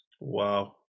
Wow